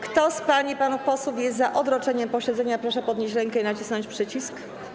Kto z pań i panów posłów jest za odroczeniem posiedzenia, proszę podnieść rękę i nacisnąć przycisk.